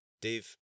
Dave